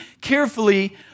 carefully